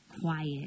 quiet